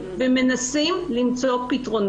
לא ישנתי.